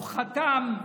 הוא חתם,